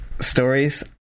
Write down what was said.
stories